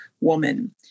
woman